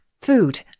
food